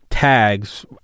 Tags